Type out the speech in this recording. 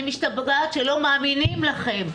אני משתגעת מכך שלא מאמינים לכם.